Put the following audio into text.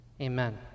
Amen